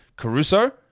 Caruso